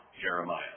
Jeremiah